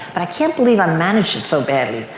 but i can't believe i managed it so badly.